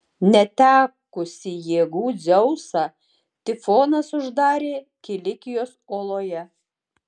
netekusį jėgų dzeusą tifonas uždarė kilikijos oloje